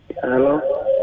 hello